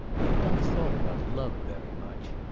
he had not thought about love very much.